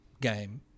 game